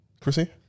Chrissy